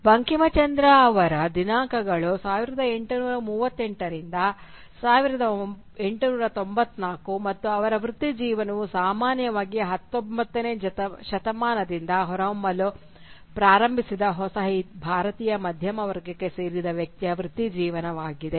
ಬಂಕಿಂಚಂದ್ರ ಅವರ ದಿನಾಂಕಗಳು 1838 ರಿಂದ 1894 ಮತ್ತು ಅವರ ವೃತ್ತಿಜೀವನವು ಸಾಮಾನ್ಯವಾಗಿ 19 ನೇ ಶತಮಾನದಿಂದ ಹೊರಹೊಮ್ಮಲು ಪ್ರಾರಂಭಿಸಿದ ಹೊಸ ಭಾರತೀಯ ಮಧ್ಯಮ ವರ್ಗಕ್ಕೆ ಸೇರಿದ ವ್ಯಕ್ತಿಯ ವೃತ್ತಿಜೀವನವಾಗಿದೆ